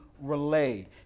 relay